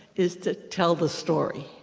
is to tell the story.